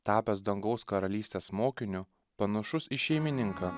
tapęs dangaus karalystės mokiniu panašus į šeimininką